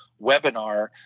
webinar